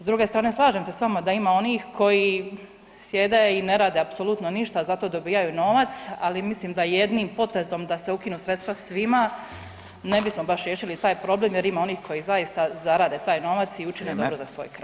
S druge strane slažem se s vama da ima onih koji sjede i ne rade apsolutno ništa, za to dobijaju novac, ali mislim da jednim potezom da se ukinu sredstva svima ne bismo baš riješili taj problem jer ima onih koji zaista zarade taj novac [[Upadica: Vrijeme]] i učine nešto za svoj kraj.